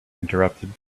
interrupted